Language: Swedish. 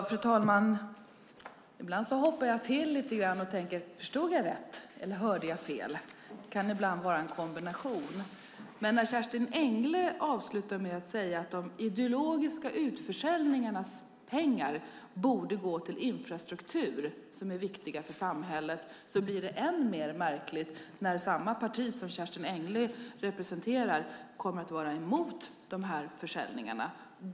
Fru talman! Ibland hoppar jag till lite grann och tänker: Förstod jag rätt, eller hörde jag fel? Det kan ibland vara en kombination. När Kerstin Engle avslutar med att säga att pengarna från de ideologiska utförsäljningarna borde gå till infrastruktur, som är viktig för samhället, blir det märkligt, eftersom samma parti som Kerstin Engle representerar kommer att vara emot de försäljningarna.